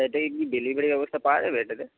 এটায় কি ডেলিভারি ব্যবস্থা পাওয়া যাবে এটাতে